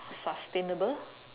sustainable